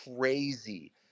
crazy